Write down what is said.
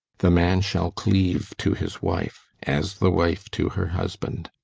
the man shall cleave to his wife, as the wife to her husband.